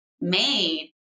made